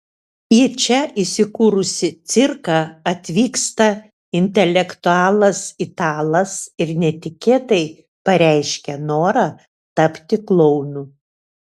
į čia įsikūrusį cirką atvyksta intelektualas italas ir netikėtai pareiškia norą tapti klounu